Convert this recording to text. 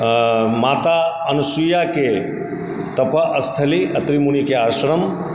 माता अनसूयाके तपस्थली कपिल मुनिके आश्रम